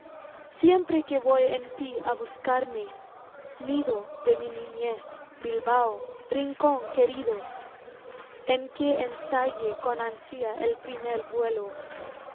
siempre que voy en tí á buscarme nido de mi niñez bilbao rincón querido en que ensayé con ansia el primer vuelo